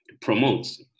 promotes